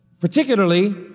Particularly